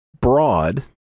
broad